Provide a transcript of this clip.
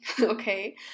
okay